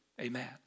Amen